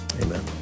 amen